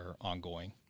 ongoing